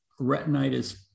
retinitis